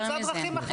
הוא ימצא דרכים אחרות.